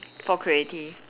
for creative